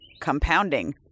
compounding